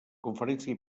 conferència